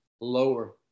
lower